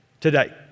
today